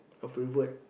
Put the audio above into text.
your favourite